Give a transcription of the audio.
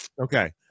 Okay